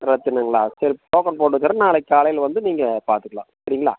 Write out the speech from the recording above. பிரச்சனைங்களா சரி டோக்கன் போட்டுக்கிறேன் நாளைக்கு காலையில் வந்து நீங்கள் பார்த்துக்கலாம் சரிங்களா